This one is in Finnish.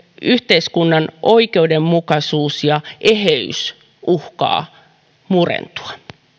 yhteiskunnan oikeudenmukaisuus ja eheys uhkaa murentua